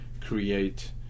create